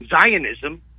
Zionism